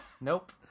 Nope